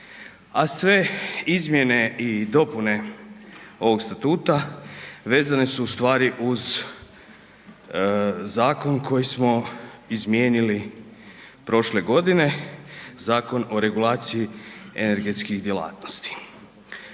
a sve izmjene i dopune ovog statuta, vezane su u stvari uz zakon koji smo izmijenili prošle godine, Zakon o regulaciji energetskih djelatnosti.